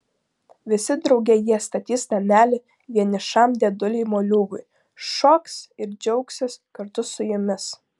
visi drauge jie statys namelį vienišam dėdulei moliūgui šoks ir džiaugsis kartu su jumis